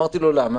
שאלתי אותו: למה?